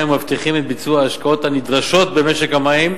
ומבטיחים את ביצוע ההשקעות הנדרשות במשק המים,